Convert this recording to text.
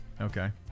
Okay